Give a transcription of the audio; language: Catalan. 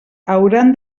hauran